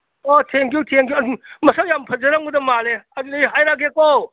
ꯑꯣ thank you thank you ꯃꯁꯛ ꯌꯥꯝ ꯐꯖꯔꯝꯒꯗꯕ ꯃꯥꯜꯂꯦ ꯑꯗꯨꯗꯤ ꯍꯥꯏꯔꯛꯑꯒꯦꯀꯣ